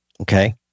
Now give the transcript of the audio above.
Okay